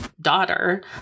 daughter